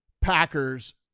Packers